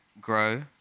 grow